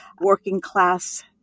working-class